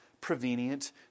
prevenient